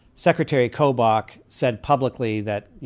secretary kobuk said publicly that, you